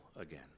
again